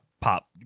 Pop